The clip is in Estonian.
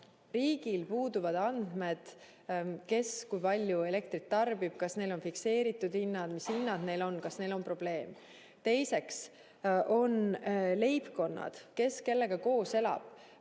riigil puuduvad andmed, kes kui palju elektrit tarbib, kellel on fikseeritud hinnad, mis hinnad kellelgi on ja kas on probleem. Teiseks on [teadmata] leibkonnad, kes kellega koos elab.